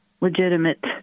legitimate